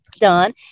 done